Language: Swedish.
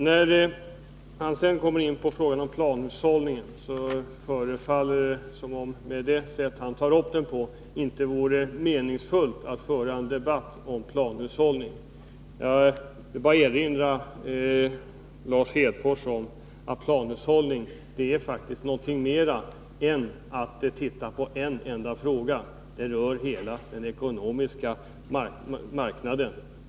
Lars Hedfors kom in på frågan om planhushållning. Men med det sätt som han tar upp den på förefaller det inte vara meningsfullt att föra en debatt om planhushållning med honom. Jag vill bara erinra Lars Hedfors om att planhushållning faktiskt handlar om någonting mera än att titta på en enda fråga — planhushållning gäller hela den ekonomiska marknaden.